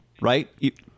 Right